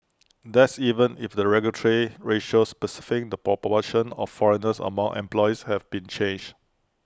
that's even if the regulatory ratio specifying the proportion of foreigners among employees have been changed